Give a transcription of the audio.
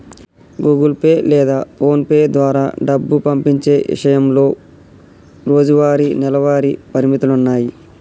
Google pay లేదా PhonePe ద్వారా డబ్బు పంపించే ఇషయంలో రోజువారీ, నెలవారీ పరిమితులున్నాయి